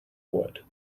wood